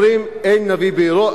אומרים: אין נביא בעירו,